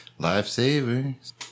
lifesavers